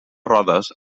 rodes